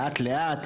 לאט-לאט,